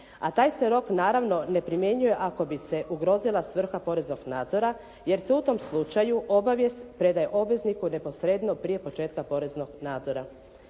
a taj se rok naravno ne primjenjuje ako bi se ugrozila svrha poreznog nadzora jer se u tom slučaju obavijest predaje obvezniku neposredno prije početka poreznog nadzora.